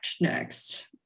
next